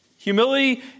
Humility